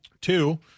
Two